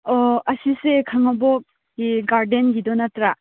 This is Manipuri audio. ꯑꯣ ꯑꯁꯤꯁꯦ ꯈꯥꯉꯕꯣꯛꯀꯤ ꯒꯥꯔꯗꯦꯟꯒꯤꯗꯨ ꯅꯠꯇ꯭ꯔꯥ